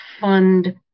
fund